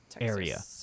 area